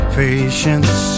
patience